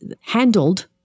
handled